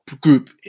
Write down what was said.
group